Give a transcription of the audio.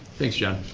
thanks, john.